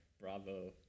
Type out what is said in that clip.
Bravo